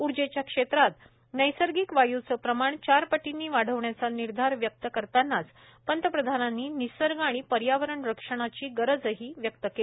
ऊर्जेच्या क्षेत्रात नैसर्गिक वायूचं प्रमाण चार पटींनी वाढवण्याचा निर्धार व्यक्त करतानाच पंतप्रधानांनी निसर्ग आणि पर्यावरण रक्षणाची गरजही व्यक्त केली